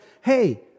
hey